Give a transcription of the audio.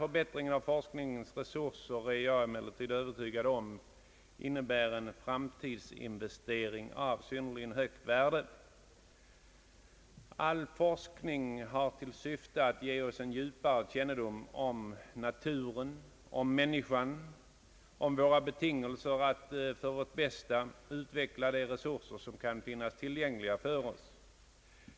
Jag är dock övertygad om att varje förbättring av forskningens resurser innebär en framtidsinvestering av synnerligen högt värde. All forskning har till syfte att ge oss en djupare kännedom om naturen, om människan och om våra betingelser att för vårt bästa utveckla de resurser som kan finnas tillgängliga för oss.